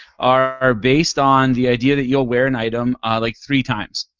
are based on the idea that you'll wear an item ah like three times.